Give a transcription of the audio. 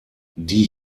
die